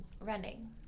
Running